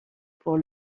pour